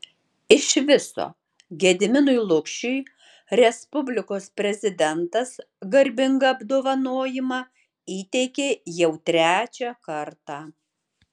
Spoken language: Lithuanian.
iš viso gediminui lukšiui respublikos prezidentas garbingą apdovanojimą įteikė jau trečią kartą